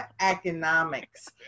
economics